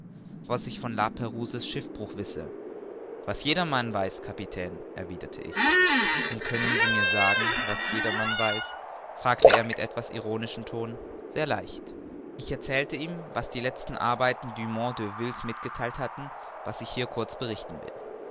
was ich von la prouse's schiffbruch wisse was jedermann weiß kapitän erwiderte ich und können sie mir sagen was jedermann weiß fragte er mit etwas ironischem ton sehr leicht ich erzählte ihm was die letzten arbeiten dumont d'urville's mitgetheilt hatten wie ich kurz hier berichten will